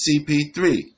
CP3